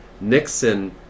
Nixon